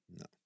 No